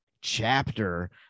chapter